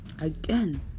again